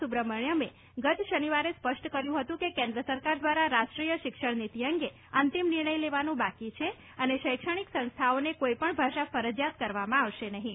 સુબ્રમણ્યમે ગત શનિવારે સ્પષ્ટ કર્યું હતું કે કેન્દ્ર સરકાર દ્વારા રાષ્ટ્રીય શિક્ષણ નીતિ અંગે અંતિમ નિર્ણય લેવાનું બાકી છે અને શૈક્ષણિક સંસ્થાઓને કોઈપણ ભાષા ફરજિયાત કરવામાં આવશે નહીં